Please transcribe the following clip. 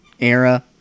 era